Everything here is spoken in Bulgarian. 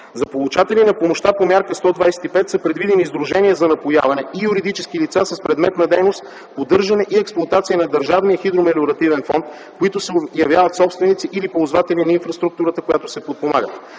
За получатели на помощта по Мярка 125 са предвидени сдружения за напояване и юридически лица с предмет на дейност поддържане и експлоатация на държавния хидромелиоративен фонд, които се явяват собственици или ползватели на инфраструктурата, която се подпомага.